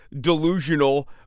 delusional